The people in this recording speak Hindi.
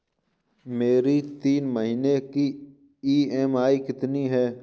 मेरी तीन महीने की ईएमआई कितनी है?